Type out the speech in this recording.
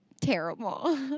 terrible